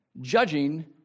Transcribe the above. judging